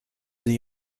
the